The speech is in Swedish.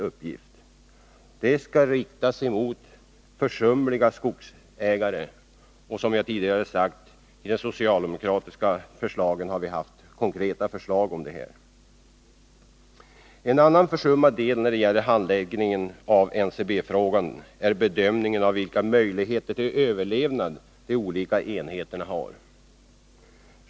Åtgärderna skall riktas mot försumliga skogsägare, och socialdemokraterna har, som jag tidigare sagt, haft konkreta förslag om detta. En annan försummad del när det gäller handläggningen av NCB-frågan är bedömningen av vilka möjligheter till överlevnad de olika enheterna har.